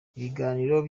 ibiganiro